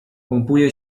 pompuje